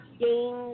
games